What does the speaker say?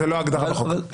זאת לא ההגדרה הנכונה.